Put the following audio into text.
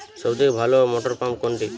সবথেকে ভালো মটরপাম্প কোনটি?